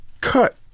cut